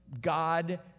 God